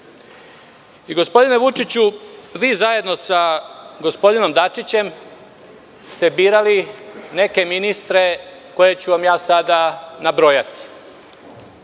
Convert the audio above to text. vladi. Gospodine Vučiću, zajedno sa gospodinom Dačićem ste birali neke ministre koje ću vam nabrojati